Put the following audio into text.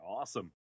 awesome